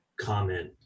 comment